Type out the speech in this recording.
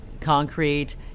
Concrete